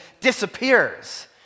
disappears